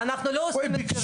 אדוני, אנחנו לא עוסקים בפרסום.